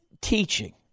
teaching